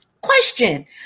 Question